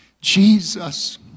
Jesus